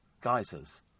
Geysers